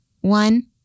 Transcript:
one